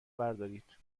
بردارید